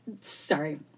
sorry